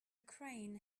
crane